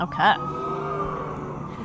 Okay